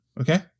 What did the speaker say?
okay